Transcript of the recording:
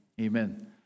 Amen